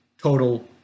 total